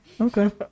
Okay